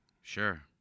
sure